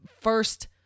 first